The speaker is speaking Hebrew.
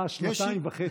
אה, שנתיים וחצי.